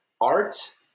art